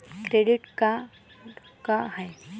Credit card का हाय?